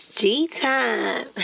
G-time